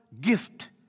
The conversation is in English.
gift